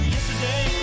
Yesterday